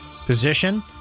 position